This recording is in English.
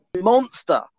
monster